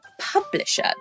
publisher